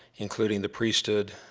including the priesthood,